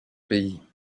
pays